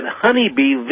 honeybee